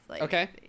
Okay